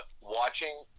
watching